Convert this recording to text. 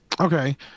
okay